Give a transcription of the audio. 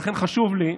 לכן חשוב לי,